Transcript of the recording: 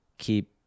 keep